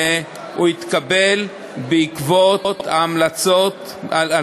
והוא התקבל בעקבות ההמלצות על